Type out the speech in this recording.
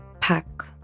pack